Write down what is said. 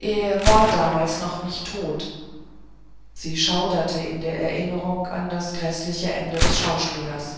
er war damals noch nicht tot sie schauderte in der erinnerung an das gräßliche ende des schauspielers